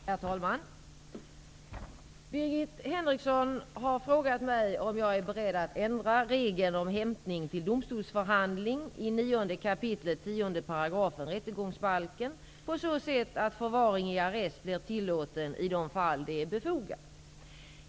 Herr talman! Birgit Henriksson har frågat mig om jag är beredd att ändra regeln om hämtning till domstolsförhandling i 9 kap. 10 § rättegångsbalken på så sätt att förvaring i arrest blir tillåten i de fall där det är befogat.